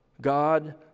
God